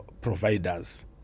providers